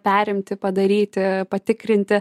perimti padaryti patikrinti